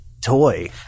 toy